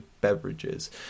beverages